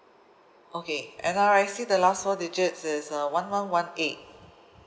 okay N_R_I_C the last four digits is uh one one one A